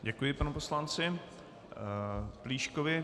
Děkuji panu poslanci Plíškovi.